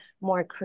more